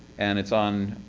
and it's on